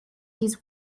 his